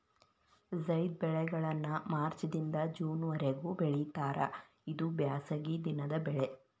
ಝೈದ್ ಬೆಳೆಗಳನ್ನಾ ಮಾರ್ಚ್ ದಿಂದ ಜೂನ್ ವರಿಗೂ ಬೆಳಿತಾರ ಇದು ಬ್ಯಾಸಗಿ ದಿನದ ಬೆಳೆ